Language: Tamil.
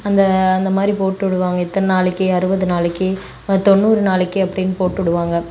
அந்த அந்த மாதிரி போட்டுவிடுவாங்க இத்தனை நாளைக்கு அறுபது நாளைக்கு தொண்ணூறு நாளைக்கு அப்படின் போட்டுவிடுவாங்க